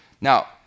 Now